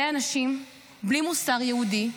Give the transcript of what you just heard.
זה אנשים בלי מוסר יהודי,